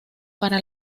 para